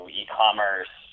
e-commerce